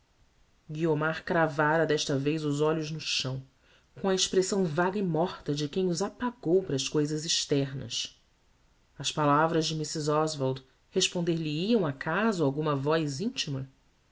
guiomar cravara desta vez os olhos no chão com a expressão vaga e morta de quem os apagou para as cousas externas as palavras de mrs oswald responder lhe hiam acaso a alguma voz intima